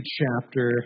chapter